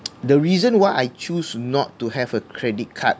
the reason why I choose not to have a credit card